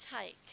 take